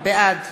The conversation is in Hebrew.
בעד